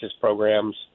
programs